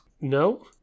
No